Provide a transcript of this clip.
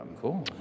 Cool